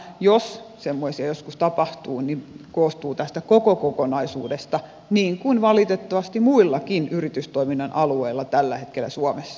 jos semmoisia joskus tapahtuu kyllä se koostuu tästä koko kokonaisuudesta niin kuin valitettavasti muillakin yritystoiminnan alueilla tällä hetkellä suomessa